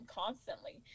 constantly